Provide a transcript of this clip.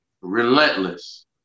relentless